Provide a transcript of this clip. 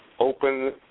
open